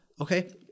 Okay